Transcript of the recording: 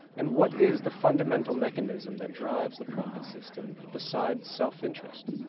and what is the fundamental mechanism that drives the profit system besides self-interest?